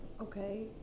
Okay